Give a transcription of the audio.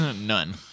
None